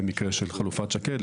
במקרה של חלופה שקד,